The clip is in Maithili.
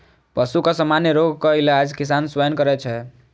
पशुक सामान्य रोगक इलाज किसान स्वयं करै छै